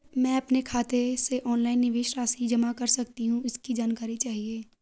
मैं अपने खाते से ऑनलाइन निवेश राशि जमा कर सकती हूँ इसकी जानकारी चाहिए?